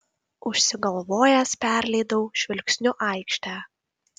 užsigalvojęs perleidau žvilgsniu aikštę